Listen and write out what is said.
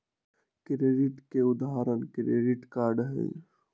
credit के उदाहरण credit card हई